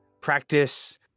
practice